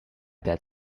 that